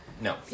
No